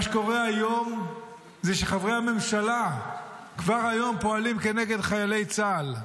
מה שקורה היום זה שחברי הממשלה כבר היום פועלים כנגד חיילי צה"ל.